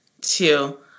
two